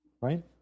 Right